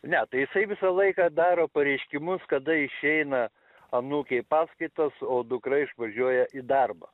ne tai jisai visą laiką daro pareiškimus kada išeina anūkė į paskaitas o dukra išvažiuoja į darbą